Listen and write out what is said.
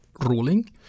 ruling